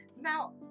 now